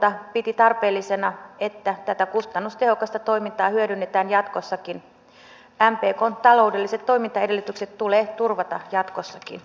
kanssa että kyllä nyt tarvitaan kokonaan uusi ryhti ja siinä mielessä tämä välikysymyskeskustelu on mennyt vihdoin oikeille urille